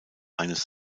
eines